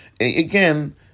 again